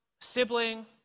sibling